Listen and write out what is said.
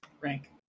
Rank